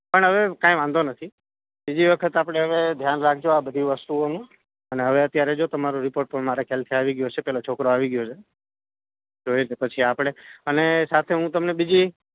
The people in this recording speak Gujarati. પણ હવે કંઈ વાંધો નથી બીજી વખત આપણે હવે ધ્યાન રાખજો આ બધી વસ્તુઓનું અને હવે અત્યારે તમારો રીપોર્ટ પણ મારા ખ્યાલથી આવી ગયો છે પેલો છોકરો આવી ગયો છે જોઈએ છે પછી આપણે અને સાથે હું તમને બીજી